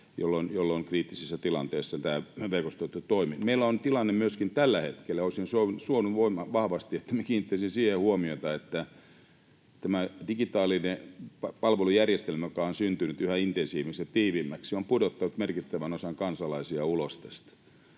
jolloin kriittisessä tilanteessa nämä verkostot eivät toimi. Meillä on myöskin tällä hetkellä tilanne — ja olisin suonut vahvasti, että me kiinnittäisimme siihen huomiota — että tämä digitaalinen palvelujärjestelmä, joka on syntynyt yhä intensiivisemmäksi ja tiiviimmäksi on pudottanut merkittävän osan kansalaisia tästä